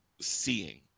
seeing